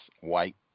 white